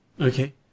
Okay